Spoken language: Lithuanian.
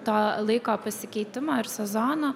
to laiko pasikeitimo ir sezono